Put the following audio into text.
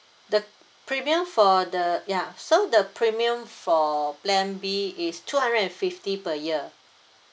the premium for the ya so the premium for plan B is two hundred and fifty per year